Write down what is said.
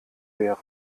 wäre